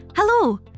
Hello